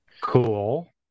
Cool